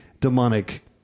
demonic